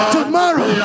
Tomorrow